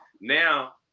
Now